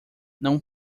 não